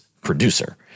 producer